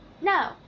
No